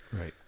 Right